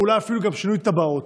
ואולי אפילו שינוי תב"עות.